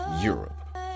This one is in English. Europe